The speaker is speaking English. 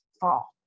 fall